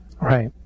Right